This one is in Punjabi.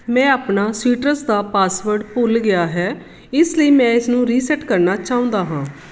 ਮੈਂ ਆਪਣਾ ਸੀਟਰਸ ਦਾ ਪਾਸਵਰਡ ਭੁੱਲ ਗਿਆ ਹੈ ਇਸ ਲਈ ਮੈਂ ਇਸਨੂੰ ਰੀਸੈਟ ਕਰਨਾ ਚਾਹੁੰਦਾ ਹਾਂ